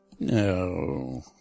No